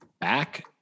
back